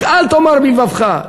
רק אל תאמר בלבבך.